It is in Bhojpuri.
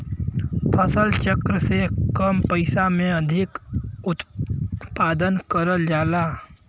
फसल चक्र से कम पइसा में अधिक उत्पादन करल जाला